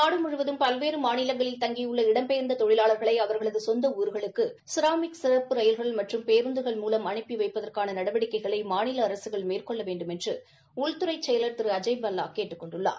நாடு முழுவதும் பல்வேறு மாநிலங்களில் தங்கியுள்ள இடம்பெயர்ந்த தொழிலாளர்களை அவர்களது சொந்த ஊர்களுக்கு ஸ்ராமிக் சிறப்பு ரயில்கள் மற்றும் பேருந்துகள் மூலம் அனுப்பு வைப்பதற்காள நடவடிக்கைகளை மாநில அரசுகள் மேற்கொள்ள வேண்டுமென்று உள்துறை செயலா் திரு அஜய் பல்லா கேட்டுக் கொண்டுள்ளார்